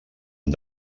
amb